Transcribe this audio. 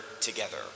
together